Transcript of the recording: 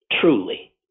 truly